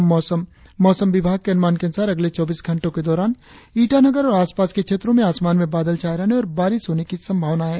और अब मौसम मौसम विभाग के अनुमान के अनुसार अगले चौबीस घंटो के दौरान ईटानगर और आसपास के क्षेत्रो में आसमान में बादल छाये रहने और बारिश होने की संभावना है